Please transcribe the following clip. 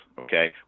okay